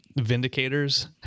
Vindicators